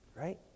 Right